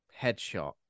headshot